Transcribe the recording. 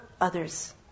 others